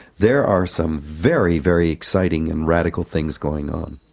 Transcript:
there are some very, very exciting and radical things going on.